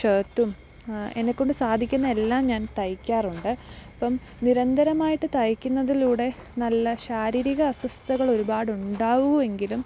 ഷര്ട്ടും എന്നെക്കൊണ്ട് സാധികുന്ന എല്ലാം ഞാന് തയ്ക്കാറുണ്ട് ഇപ്പം നിരന്തരമായിട്ട് തയ്ക്കുന്നതിലൂടെ നല്ല ശാരീരിക അസ്വസ്ഥതകൾ ഒരുപാടുണ്ടാവുമെങ്കിലും